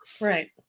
right